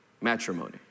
matrimony